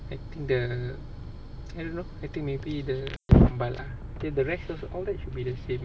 I think the I don't know I think maybe the sambal lah okay the rest of the outlet should be the same